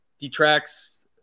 detracts